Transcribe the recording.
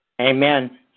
Amen